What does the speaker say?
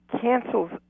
cancels